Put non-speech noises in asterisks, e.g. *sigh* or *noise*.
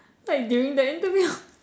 like during the interview *laughs*